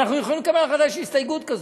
אנחנו יכולים לקבל החלטה, יש הסתייגות כזאת,